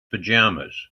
pajamas